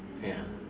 ya